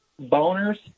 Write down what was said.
boners